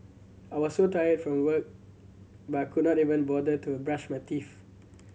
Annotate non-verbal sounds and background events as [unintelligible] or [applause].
I was so tired from work [unintelligible] could not even bother to brush my teeth